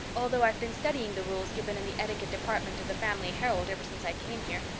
although i've been studying the rules given in the etiquette department of the family herald ever since i came here.